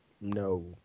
No